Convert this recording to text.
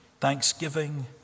Thanksgiving